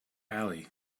ali